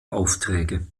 aufträge